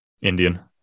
Indian